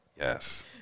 Yes